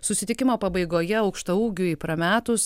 susitikimo pabaigoje aukštaūgiui prametus